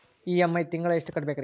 EMI ತಿಂಗಳ ಎಷ್ಟು ಕಟ್ಬಕ್ರೀ?